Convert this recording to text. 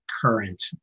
current